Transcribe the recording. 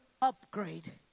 upgrade